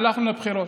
הלכנו לבחירות.